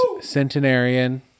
centenarian